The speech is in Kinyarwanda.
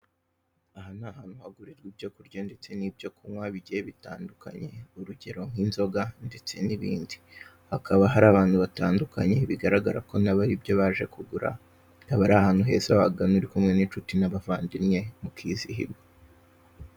Aha ni ahantu hagurirwa ibyo kurya ndetse n'ibyo kunywa bigiye bitandukanye, urugero nk'inzoga ndetse n'ibindi, haka hari abantu abantu batandukanye bigaragara ko aribyo baje kugura, akaba ari ahantu heza wagana uri kumwe n'inshuti ndetse n'abavandimwe.